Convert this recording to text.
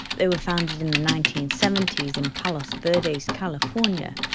they were founded in the nineteen seventy s in palos verdes, california,